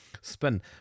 spin